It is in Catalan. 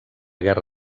guerra